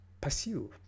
pursue